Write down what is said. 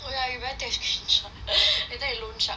oh yeah you very dash~ later you loan shark